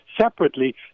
separately